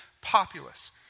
populace